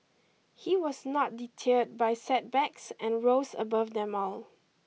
he was not deterred by setbacks and rose above them all